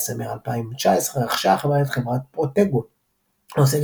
בדצמבר 2019 רכשה החברה את חברת Protego העוסקת